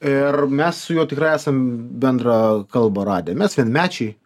ir mes su juo tikrai esam bendrą kalbą radę mes vienmečiai